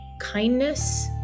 kindness